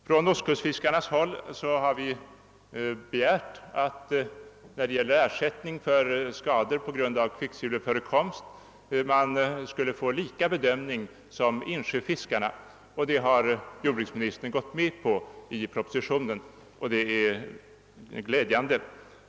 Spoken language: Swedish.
Från ostkustfiskarnas håll har man begärt att det vad beträffar ersättning för skador på grund av kvicksilverförekomst skulle bli samma bedömning för saltsjöfiskare som för insjöfiskarna. Det har jordbruksministern gått med på i propositionen och det är glädjande.